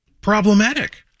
problematic